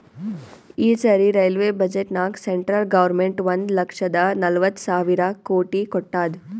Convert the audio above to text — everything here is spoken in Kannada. ಈ ಸರಿ ರೈಲ್ವೆ ಬಜೆಟ್ನಾಗ್ ಸೆಂಟ್ರಲ್ ಗೌರ್ಮೆಂಟ್ ಒಂದ್ ಲಕ್ಷದ ನಲ್ವತ್ ಸಾವಿರ ಕೋಟಿ ಕೊಟ್ಟಾದ್